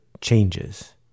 changes